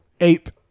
ape